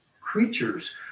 creatures